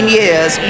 years